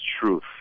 truth